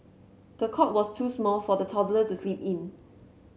the cot was too small for the toddler to sleep in